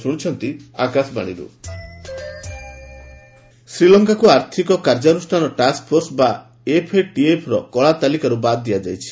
Sri Lanka FATF ଶ୍ରୀଲଙ୍କାକୁ ଆର୍ଥିକ କାର୍ଯ୍ୟାନୁଷ୍ଠାନ ଟାସ୍କଫୋର୍ସ ବା ଏଫ୍ଏଟିଏଫ୍ର କଳା ତାଲିକାରୁ ବାଦ ଦିଆଯାଇଛି